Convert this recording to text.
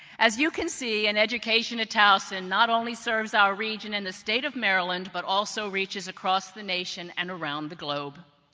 as you can see, an education at towson not only serves our region and the state of maryland but also reaches across the nation and around the globe.